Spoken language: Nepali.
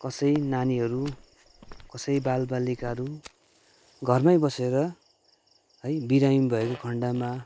कसै नानीहरू कसै बाल बालिकाहरू घरमै बसेर है बिरामी भएको खन्डमा